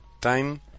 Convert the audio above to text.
Time